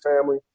family